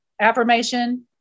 Affirmation